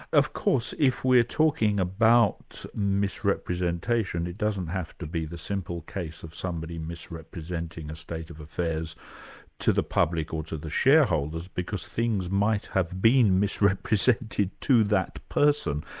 of course if we're talking about misrepresentation, it doesn't have to be the simple case of somebody misrepresenting a state of affairs to the public or to the shareholders, because things might have been misrepresented to that person.